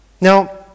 Now